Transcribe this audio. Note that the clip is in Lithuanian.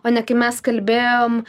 o ne kai mes kalbėjom